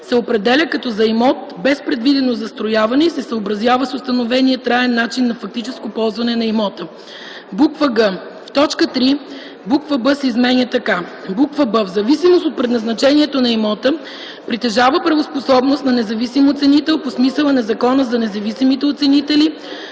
се определя като за имот без предвидено застрояване и се съобразява с установения траен начин на фактическо ползване на имота.” г) в т. 3 буква ”б” се изменя така: „б) в зависимост от предназначението на имота притежава правоспособност на независим оценител по смисъла на Закона за независимите оценители